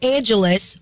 Angeles